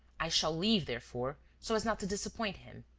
i shall leave, therefore, so as not to disappoint him.